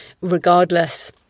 regardless